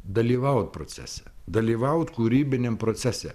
dalyvaut procese dalyvaut kūrybiniam procese